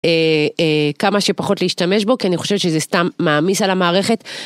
כמה שפחות להשתמש בו כי אני חושבת שזה סתם מעמיס על המערכת.